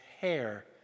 hair